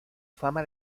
fama